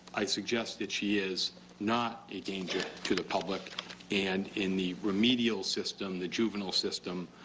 i suggest that she is not a danger to the public and in the remedial system, the juvenile system,